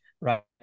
right